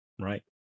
right